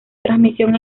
transmisión